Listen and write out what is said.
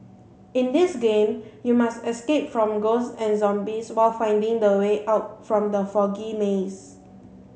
in this game you must escape from ghosts and zombies while finding the way out from the foggy maze